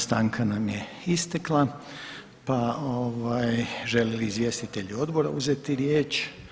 Stanka nam je istekla, žele li izvjestitelji Odbora uzeti riječ?